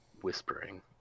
whispering